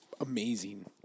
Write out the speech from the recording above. amazing